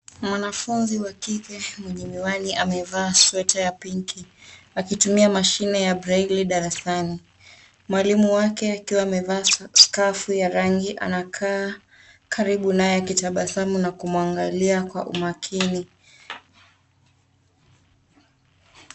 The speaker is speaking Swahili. Mwanafunzi wa kike mwenye miwani amevaa sweta ya pinki akitumia mashine ya braille darasani. Mwalimu wake akiwa amevaa skafu ya rangi anakaa karibu naye akitabasamu na kumwangalia kwa umakini.